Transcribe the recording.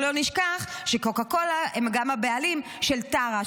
בוא לא נשכח שקוקה קולה הם גם הבעלים של טרה,